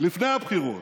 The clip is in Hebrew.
לפני הבחירות,